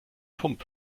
pump